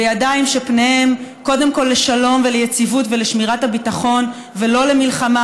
בידיים שפניהן קודם כול לשלום וליציבות ולשמירת הביטחון ולא למלחמה,